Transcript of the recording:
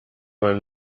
man